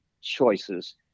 choices